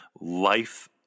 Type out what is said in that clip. life